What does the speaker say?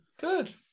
Good